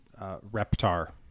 Reptar